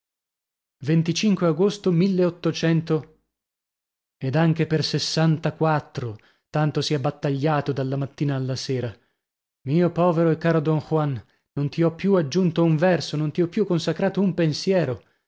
agosto ed anche per sessantaquattro tanto si è battagliato dalla mattina alla sera mio povero e caro don juan non ti ho più aggiunto un verso non ti ho più consacrato un pensiero